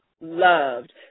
loved